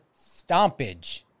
stompage